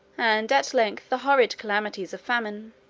and at length the horrid calamities of famine.